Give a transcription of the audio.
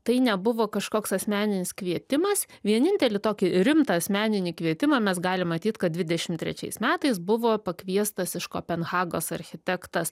tai nebuvo kažkoks asmeninis kvietimas vienintelį tokį rimtą asmeninį kvietimą mes galim matyt kad dvidešim trečiais metais buvo pakviestas iš kopenhagos architektas